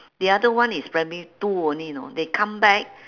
the other one is primary two only know they come back